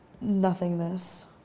nothingness